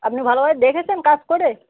আপনি ভালোভাবে দেখেছেন কাজ করে